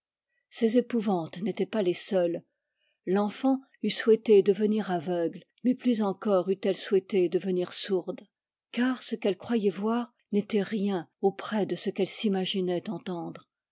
ces épouvantes n'étaient pas les seules l'enfant eût souhaité devenir aveugle mais plus encore eût-elle souhaité devenir sourde car ce qu'elle croyait voir n'était rien auprès de ce qu'elle s'imaginait entendre